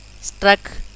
struck